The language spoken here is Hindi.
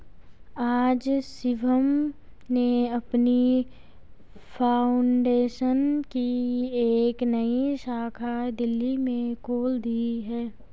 आज शिवम ने अपनी फाउंडेशन की एक नई शाखा दिल्ली में खोल दी है